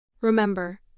Remember